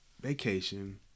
vacation